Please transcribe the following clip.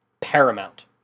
Paramount